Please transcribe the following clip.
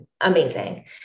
amazing